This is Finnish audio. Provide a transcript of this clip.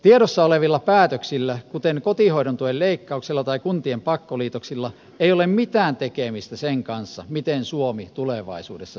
tiedossa olevilla päätöksillä kuten kotihoidon tuen leikkauksella tai kuntien pakkoliitoksilla ei ole mitään tekemistä sen kanssa miten suomi tulevaisuudessa selviytyy